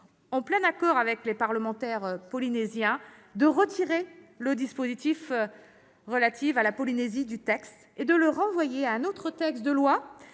en plein accord avec les parlementaires polynésiens, de retirer du texte le dispositif relatif à la Polynésie, pour le renvoyer à un autre texte de loi,